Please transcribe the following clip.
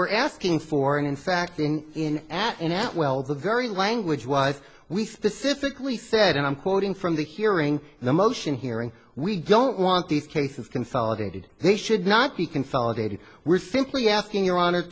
were asking for and in fact in in at in at well the very language why we specifically said and i'm quoting from the hearing in the motion hearing we don't want these cases consolidated they should not be consolidated we're simply asking your honor